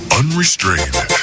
unrestrained